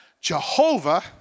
Jehovah